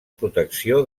protecció